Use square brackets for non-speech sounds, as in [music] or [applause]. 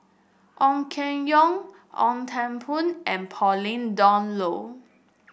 Ong Keng Yong Ong Teng [unintelligible] and Pauline Dawn Loh